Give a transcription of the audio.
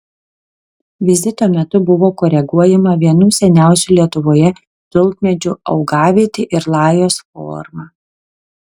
vizito metu buvo koreguojama vienų seniausių lietuvoje tulpmedžių augavietė ir lajos forma